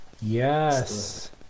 Yes